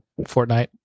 Fortnite